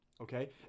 Okay